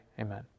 Amen